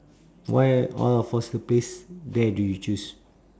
why out of all the place there do you choose